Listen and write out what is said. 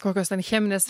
kokios cheminės